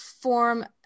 form